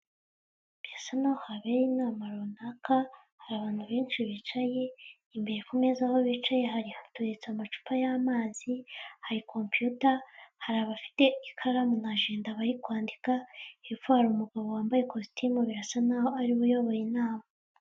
Birasa n'aho habaye inama runaka, hari abantu benshi bicaye imbere ku meza aho bicaye hateretse amacupa y'amazi, hari compiyuta, hari abafite ikaramu na jenda bari kwandika; hepfo hari umugabo wambaye kositimu birasa n'aho ari we uyoboye inama.